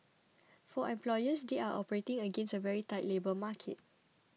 for employers they are operating against a very tight labour market